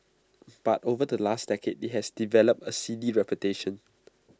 but over the last decade IT has developed A seedy reputation